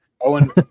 Owen